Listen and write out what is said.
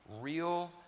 real